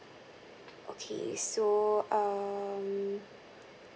okay so um